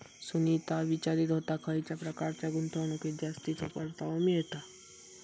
सुनीता विचारीत होता, खयच्या प्रकारच्या गुंतवणुकीत जास्तीचो परतावा मिळता?